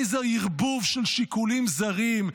איזה ערבוב של שיקולים זרים.